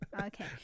Okay